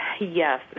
Yes